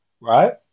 right